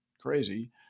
crazy